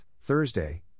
Thursday